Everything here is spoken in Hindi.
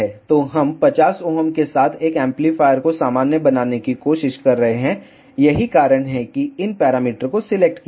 तो हम 50 Ω के साथ एक एम्पलीफायर को सामान्य बनाने की कोशिश कर है यही कारण है कि इन पैरामीटर को सिलेक्ट किया है